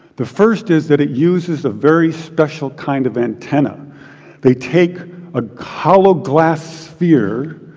the first is that it uses a very special kind of antenna they take a hollow glass sphere,